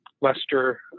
Lester